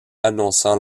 annonçant